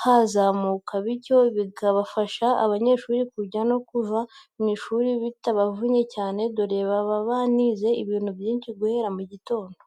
hazamuka bityo bigafasha abanyeshuri kujya no kuva mu ishuri bitabavunnye cyane, dore baba banize ibintu byinshi guhera mu gitondo.